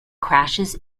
crashes